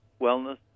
wellness